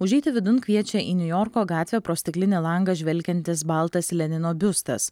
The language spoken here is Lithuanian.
užeiti vidun kviečia į niujorko gatvę pro stiklinį langą žvelgiantis baltas lenino biustas